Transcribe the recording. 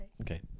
Okay